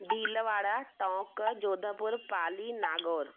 Bhilwara Tonk Jodhpur Pali Nagaur